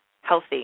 healthy